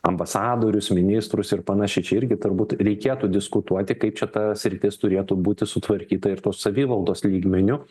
ambasadorius ministrus ir panašiai čia irgi turbūt reikėtų diskutuoti kaip čia ta sritis turėtų būti sutvarkyta ir tos savivaldos lygmeniu